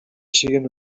siguen